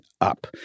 up